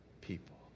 people